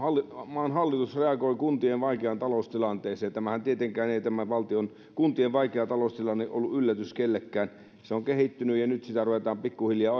maan hallitus reagoi kuntien vaikeaan taloustilanteeseen tämä kuntien vaikea taloustilannehan ei tietenkään ollut yllätys kellekään se on kehittynyt ja nyt sitä ruvetaan pikkuhiljaa